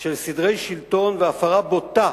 של סדרי שלטון והפרה בוטה